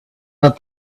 let